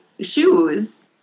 shoes